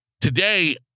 Today